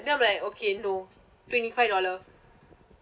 then I'm like okay no twenty five dollar